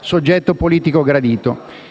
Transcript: soggetto politico gradito.